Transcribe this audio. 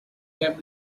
kept